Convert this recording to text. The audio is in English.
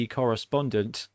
correspondent